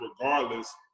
regardless